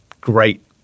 great